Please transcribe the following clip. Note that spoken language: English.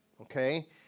Okay